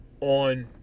on